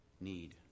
need